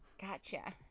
Gotcha